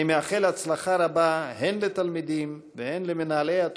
אני מאחל הצלחה רבה הן לתלמידים והן למנהלי התוכנית,